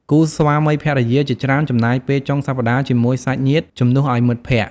គូស្វាមីភរិយាជាច្រើនចំណាយពេលចុងសប្តាហ៍ជាមួយសាច់ញាតិ ជំនួសឲ្យមិត្តភក្តិ។